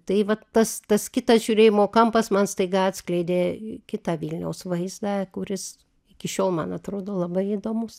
tai vat tas tas kitas žiūrėjimo kampas man staiga atskleidė kitą vilniaus vaizdą kuris iki šiol man atrodo labai įdomus